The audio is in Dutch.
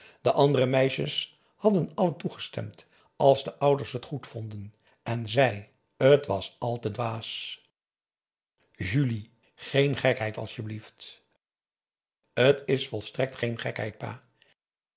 de andere meisjes hadden allen toegestemd als de ouders het goedvonden en zij t was al te dwaas julie geen gekheid asjeblieft t is volstrekt geen gekheid pa